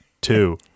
two